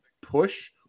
push